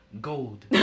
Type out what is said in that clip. gold